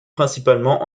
principalement